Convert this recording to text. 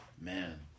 man